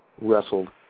wrestled